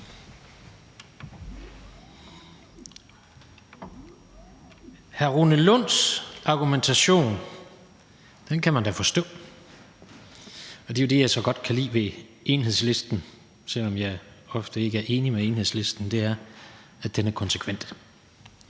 Hr. Rune Lunds argumentation kan man da forstå. Det er jo det, jeg så godt kan lide ved Enhedslisten, selv om jeg ofte ikke er enig med Enhedslisten, nemlig at argumentationen er konsekvent.